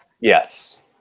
Yes